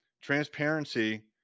Transparency